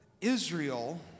Israel